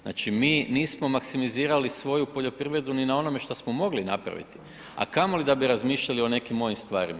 Znači, mi nismo maksimizirali svoju poljoprivredu ni na onome šta smo mogli napraviti, a kamoli da bi razmišljali o nekim ovim stvarima.